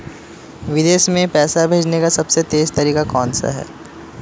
विदेश में पैसा भेजने का सबसे तेज़ तरीका कौनसा है?